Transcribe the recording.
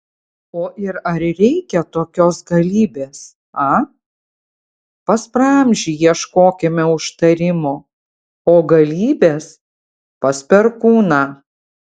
o ir ar reikia tokios galybės a pas praamžį ieškokime užtarimo o galybės pas perkūną